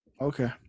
Okay